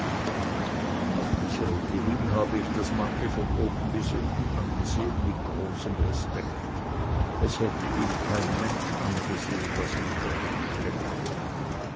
auf diese rede hin habe ich das mannli von oben bis unten angesehen mit großem respekt es hätte ihm kein mensch angesehen was hinter ihm stecke